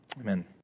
Amen